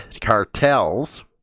cartels